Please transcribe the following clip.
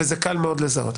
וזה קל מאוד לזהות.